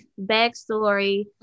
backstory